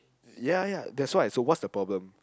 ya ya that's why so what's the problem